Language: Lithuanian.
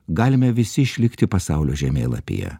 galime visi išlikti pasaulio žemėlapyje